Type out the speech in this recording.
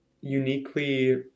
uniquely